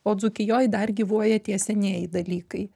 o dzūkijoj dar gyvuoja tie senieji dalykai